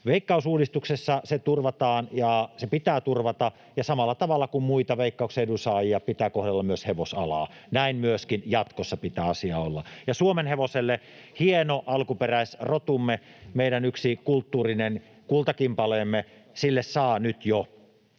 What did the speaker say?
Veikkaus-uudistuksessa se turvataan ja se pitää turvata, ja samalla tavalla kuin muita Veikkauksen edunsaajia pitää kohdella myös hevosalaa. Näin myöskin jatkossa pitää asian olla. Ja suomenhevoselle — hieno alkuperäisrotumme, meidän yksi kulttuurinen kultakimpaleemme — saa nyt jo